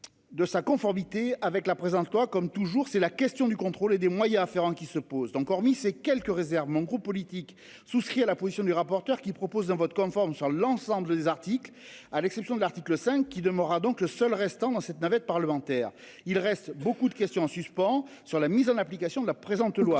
De sa conformité avec la présente quoi comme toujours c'est la question du contrôle et des moyens afférents qui se posent donc hormis ces quelques réserves mon groupe politique souscrit à la position du rapporteur qui propose un vote conforme sur l'ensemble des articles à l'exception de l'article 5 qui demeurera donc le seul restant dans cette navette parlementaire. Il reste beaucoup de questions en suspens sur la mise en application de la présente loi.